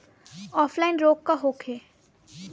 Offline रोग का होखे?